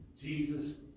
Jesus